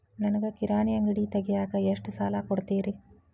ನನಗ ಕಿರಾಣಿ ಅಂಗಡಿ ತಗಿಯಾಕ್ ಎಷ್ಟ ಸಾಲ ಕೊಡ್ತೇರಿ?